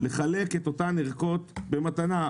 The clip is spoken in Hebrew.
לחלק את אותן ערכות במתנה.